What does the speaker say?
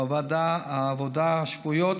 העבודה השבועיות,